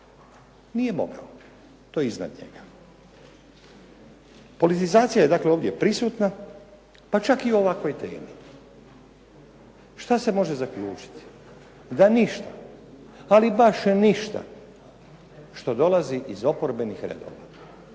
Nije mogao, to je iznad njega. Politizacija je dakle ovdje prisutna, pa čak i u ovakvoj temi. Što se može zaključiti? Da ništa, ali baš ništa što dolazi iz oporbenih redova